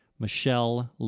Michelle